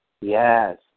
Yes